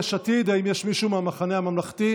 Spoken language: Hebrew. אנחנו ממשיכים